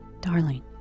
darling